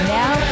now